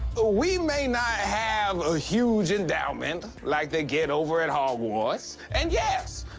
we may not have a huge endowment like they get over at hogwarts, and yes,